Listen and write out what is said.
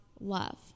love